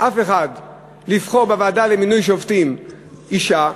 אף אחד לבחור לוועדה למינוי שופטים אישה.